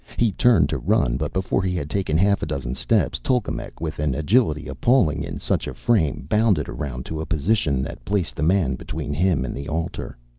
he turned to run, but before he had taken half a dozen steps, tolkemec, with an agility appalling in such a frame, bounded around to a position that placed the man between him and the altar.